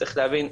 צריך להבין,